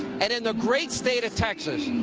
and in the great state of texas,